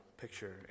picture